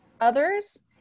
others